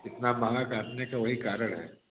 इतना महँगा काटने के वही कारण है